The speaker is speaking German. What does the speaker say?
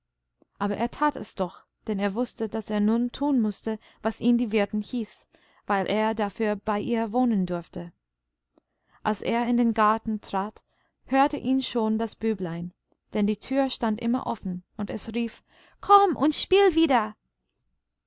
aber er tat es doch denn er wußte daß er nun tun mußte was ihn die wirtin hieß weil er dafür bei ihr wohnen durfte als er in den garten trat hörte ihn schon das büblein denn die tür stand immer offen und es rief komm und spiel wieder